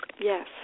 Yes